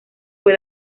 fue